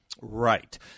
Right